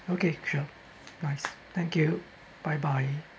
okay sure nice thank you bye bye